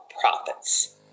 prophets